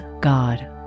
God